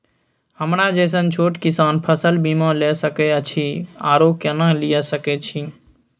हमरा जैसन छोट किसान फसल बीमा ले सके अछि आरो केना लिए सके छी?